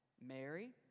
Mary